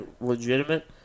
legitimate